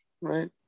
right